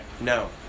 No